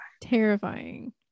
terrifying